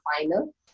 final